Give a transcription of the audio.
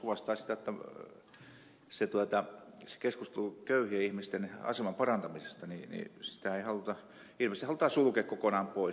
se myös kuvastaa sitä jotta keskustelu köyhien ihmisten aseman parantamisesta ilmeisesti halutaan sulkea kokonaan pois